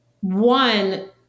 One